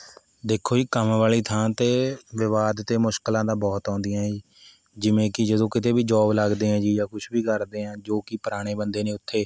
ਦੇਖੋ ਜੀ ਕੰਮ ਵਾਲ਼ੀ ਥਾਂ 'ਤੇ ਵਿਵਾਦ ਅਤੇ ਮੁਸ਼ਕਿਲਾਂ ਤਾਂ ਬਹੁਤ ਆਉਂਦੀਆਂ ਏ ਜੀ ਜਿਵੇਂ ਕਿ ਜਦੋਂ ਕਿਤੇ ਵੀ ਜੌਬ ਲੱਗਦੇ ਐਂ ਜੀ ਜਾਂ ਕੁਝ ਵੀ ਕਰਦੇ ਐਂ ਜੋ ਕਿ ਪੁਰਾਣੇ ਬੰਦੇ ਨੇ ਉੱਥੇ